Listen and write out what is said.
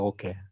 Okay